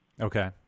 Okay